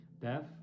death